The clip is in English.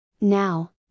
Now